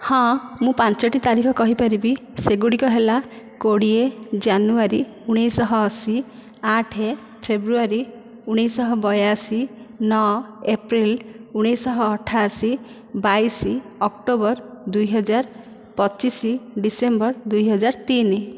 ହଁ ମୁଁ ପାଞ୍ଚୋଟି ତାରିଖ କହିପାରିବି ସେଗୁଡ଼ିକ ହେଲା କୋଡ଼ିଏ ଜାନୁଆରୀ ଉଣେଇଶହ ଅଶୀ ଆଠ ଫ୍ରେବ୍ରୁଆରୀ ଉଣେଇଶହ ବୟାଅଶୀ ନଅ ଏପ୍ରିଲ ଉଣେଇଶହ ଅଠାଅଶୀ ବାଇଶ ଅକ୍ଟୋବର ଦୁଇ ହଜାର ପଚିଶ ଡିସେମ୍ବର ଦୁଇ ହଜାର ତିନି